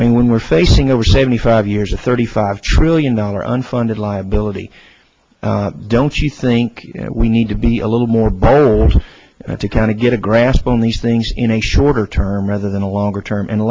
i mean when we're facing over seventy five years a thirty five trillion dollar unfunded liability don't you think we need to be a little more bold to kind of get a grasp on these things in a shorter term rather than a longer term and